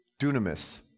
dunamis